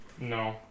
No